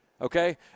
okay